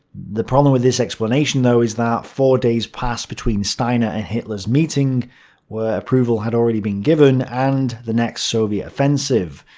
the problem with this explanation is that four days passed between steiner and hitler's meeting where approval had already been given, and the next soviet offensive.